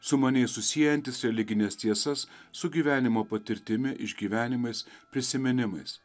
sumaniai susiejantis religines tiesas su gyvenimo patirtimi išgyvenimais prisiminimais